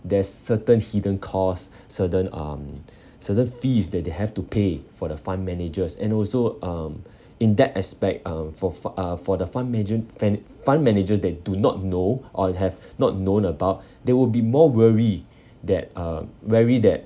there's certain hidden clause certain um certain fees that they have to pay for the fund managers and also um in that aspect uh for for uh for the fund manager fan fund manager that do not know or have not known about they would be more worry that uh wary that